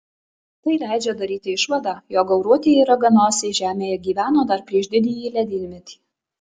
tai leidžia daryti išvadą jog gauruotieji raganosiai žemėje gyveno dar prieš didįjį ledynmetį